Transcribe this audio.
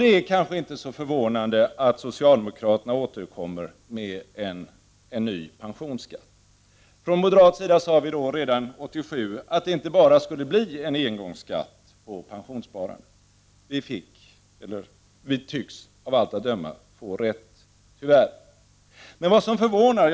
Det är kanske inte så förvånande att socialdemokraterna återkommer med en ny pensionsskatt. Från moderat sida sade vi redan 1987 att det inte bara skulle bli en engångsskatt på pensionssparandet. Vi tycks av allt att döma få rätt — tyvärr.